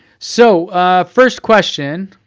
so first question.